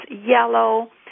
yellow